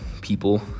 people